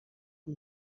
amb